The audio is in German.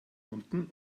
unten